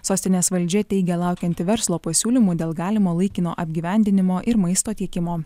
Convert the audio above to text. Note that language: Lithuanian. sostinės valdžia teigia laukianti verslo pasiūlymų dėl galimo laikino apgyvendinimo ir maisto tiekimo